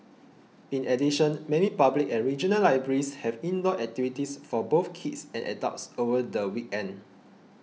in addition many public and regional libraries have indoor activities for both kids and adults over the weekend